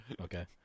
okay